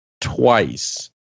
twice